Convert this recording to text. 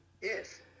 Yes